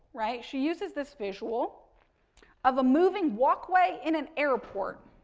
right, she uses this visual of a moving walkway in an airport.